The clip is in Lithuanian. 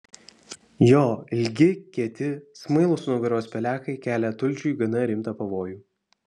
jo ilgi kieti smailūs nugaros pelekai kelia tulžiui gana rimtą pavojų